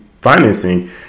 financing